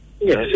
Yes